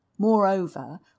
Moreover